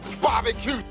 barbecue